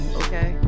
okay